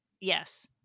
yes